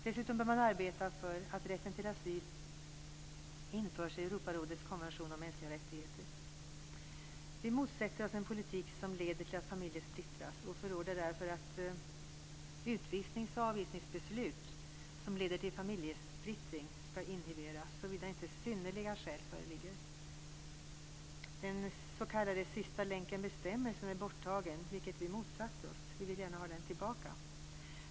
Dessutom bör man arbeta för att rätten till asyl införs i Europarådets konvention om mänskliga rättigheter. Vi motsätter oss en politik som leder till att familjer splittras och förordar därför att utvisnings och avvisningsbeslut som leder till familjesplittring skall inhiberas, såvida inte synnerliga skäl föreligger. Den s.k. sista länken-bestämmelsen är borttagen, vilket vi motsatte oss. Vi vill gärna ha den tillbaka.